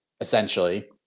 essentially